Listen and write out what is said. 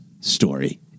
story